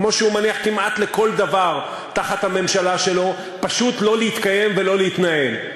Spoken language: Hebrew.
כמו שהוא מניח כמעט לכל דבר תחת הממשלה שלו פשוט לא להתקיים ולא להתנהל,